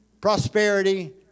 prosperity